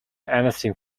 anything